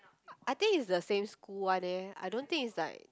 I think it's the same school one eh I don't think is like